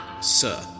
Sir